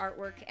artwork